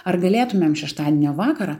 ar galėtumėm šeštadienio vakarą